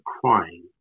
crying